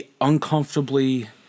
uncomfortably